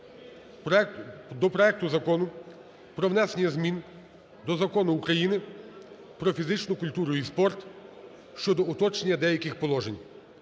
до проекту Закону про внесення змін до Закону України "Про фізичну культуру і спорт" щодо уточнення деяких положень